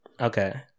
okay